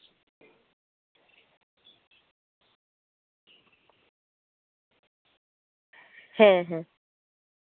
ᱦᱮᱸ ᱦᱮᱸ